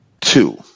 Two